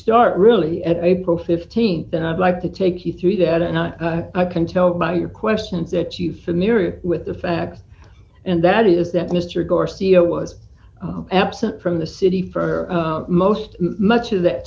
start really at april th and i'd like to take you through that and i can tell by your questions that you familiar with the facts and that is that mr garcia was absent from the city for most much of that